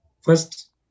first